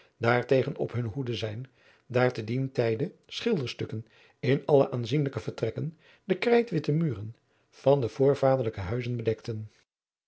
zij daartegen op hunne hoede zijn daar ten dien tijde schilderstukken in alle aanzienlijke vertrekken de krijtwitte muren van de voorvaderlijke huizen bedekten